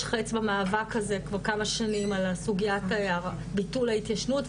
חץ במאבק הזה כבר כמה שנים על סוגיית ביטול ההתיישנות,